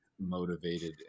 motivated